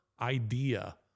idea